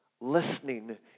Listening